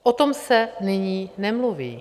O tom se nyní nemluví.